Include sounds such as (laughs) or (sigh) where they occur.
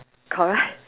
correct (laughs)